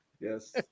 Yes